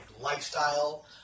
lifestyle